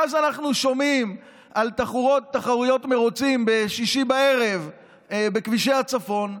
ואז אנחנו שומעים על תחרויות מרוצים בשישי בערב בכבישי הצפון,